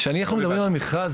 כשאנחנו מדברים על מכרז,